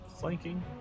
flanking